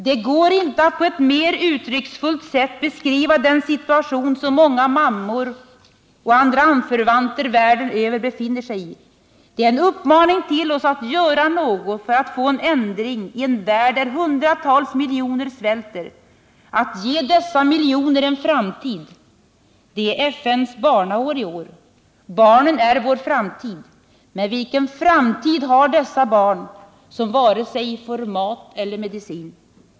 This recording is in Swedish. Det går inte att på ett mera uttrycksfullt sätt beskriva den situation som många mammor och andra anförvanter världen över befinner sig i. Det är en uppmaning till oss att göra något för att få en ändring i en värld där hundratals miljoner svälter, att ge dessa miljoner en framtid. Det är FN:s barnår i år. Barnen är vår framtid. Men vilken framtid har dessa barn som varken får mat eller medicin?